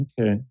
Okay